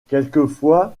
quelquefois